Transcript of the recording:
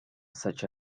such